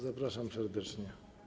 Zapraszam serdecznie.